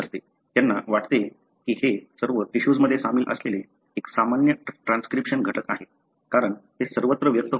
त्यांना वाटले की हे सर्व टिशूजमध्ये सामील असलेले एक सामान्य ट्रान्सक्रिप्शन घटक आहे कारण ते सर्वत्र व्यक्त होते